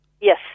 Yes